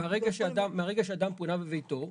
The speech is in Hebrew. מהרגע שאדם פונה מביתו,